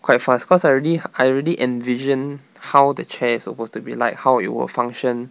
quite fast cause I already I already envision how the chairs supposed to be like how it will function